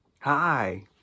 Hi